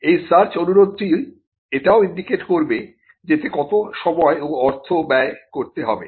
এই সার্চ অনুরোধটি এটাও ইন্ডিকেট করবে যে এতে কত সময় ও অর্থ ব্যয় করতে হবে